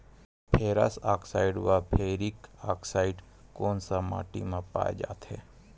Ferrous oxide व ferric oxide कोन सा माटी म पाय जाथे?